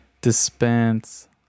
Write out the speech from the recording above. dispense